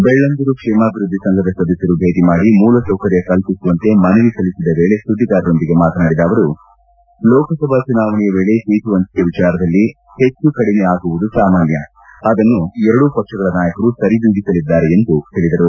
ಬೆಳ್ಲಂದೂರು ಕ್ಷೇಮಾಭಿವೃದ್ದಿ ಸಂಘದ ಸದಸ್ಯರು ಭೇಟಿ ನೀಡಿ ಮೂಲಸೌಕರ್ಯ ಕಲ್ಲಿಸುವಂತೆ ಮನವಿ ಸಲ್ಲಿಬದ ವೇಳೆ ಸುದ್ದಿಗಾರರೊಂದಿಗೆ ಮಾತನಾಡಿದ ಅವರು ಲೋಕಸಭಾ ಚುನಾವಣೆಯ ವೇಳೆ ಸೀಟು ಹಂಚಿಕೆ ವಿಚಾರದಲ್ಲಿ ಹೆಚ್ಚು ಕಡಿಮೆ ಆಗುವುದು ಸಾಮಾನ್ಸ್ ಅದನ್ನು ಎರಡೂ ಪಕ್ಷಗಳ ನಾಯಕರು ಸರಿದೂಗಿಸಲಿದ್ದಾರೆ ಎಂದು ಹೇಳಿದರು